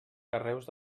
carreus